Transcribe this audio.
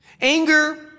Anger